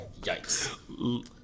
Yikes